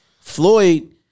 Floyd